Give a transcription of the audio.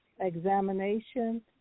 Examination